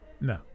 No